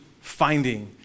finding